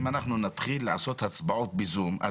אם אנחנו נתחיל לעשות הצבעות ב-זום,